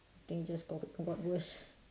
think just got got worse